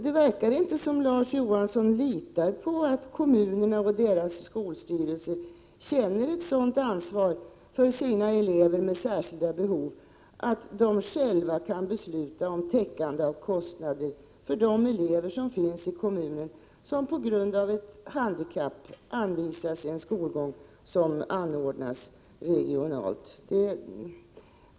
Det verkar inte som om Larz Johansson litar på att kommunerna och deras skolstyrelser känner ett sådant ansvar för sina elever med särskilda behov, så att de själva kan besluta om täckande av kostnader för de elever som finns i kommunen och som på grund av ett handikapp anvisas en skolgång som anordnas regionalt.